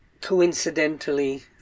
coincidentally